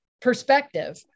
perspective